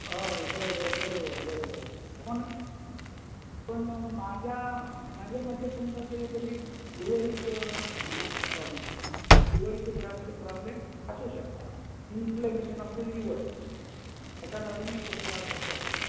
हय बरोबर बरोबर बरोबर पूण पूण म्हाज्या म्हाज्या मते तुमका कितें तरी लिवरीक हें आसा प्रोब्लम लिवरीचो प्रोब्लेम प्रोब्लेम आसूंक शकता इन्फलमेशन ऑफ लिवर तेका लागोनूय तशें जावंक शकता तें